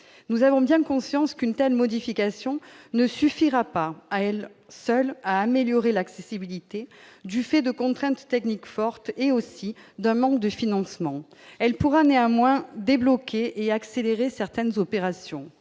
nous avons bien conscience qu'une telle modification ne suffira pas à elles seules à améliorer l'accessibilité du fait de contraintes techniques forte et aussi d'un manque de financement, elle pourra néanmoins débloqués et accélérer certaines opérations